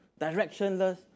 directionless